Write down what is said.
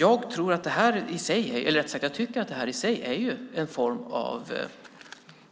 Jag tycker att det här i sig är en form